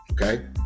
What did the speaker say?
Okay